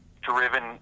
driven